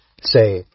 say